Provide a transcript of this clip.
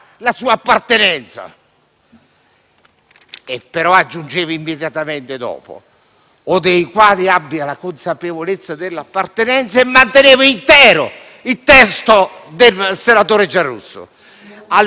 Però aggiungeva immediatamente dopo: «o dei quali abbia la consapevolezza dell'appartenenza» e manteneva intero il testo del senatore Giarrusso. Allora, per quale motivo non si accetta?